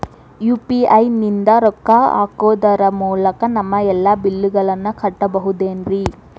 UPI ನಿಂದ ರೊಕ್ಕ ಹಾಕೋದರ ಮೂಲಕ ನಮ್ಮ ಎಲ್ಲ ಬಿಲ್ಲುಗಳನ್ನ ಕಟ್ಟಬಹುದೇನ್ರಿ?